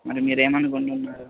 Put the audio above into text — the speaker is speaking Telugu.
మరి మీరు ఏమనుకుంటున్నారు